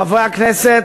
חברי הכנסת,